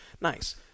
nice